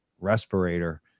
respirator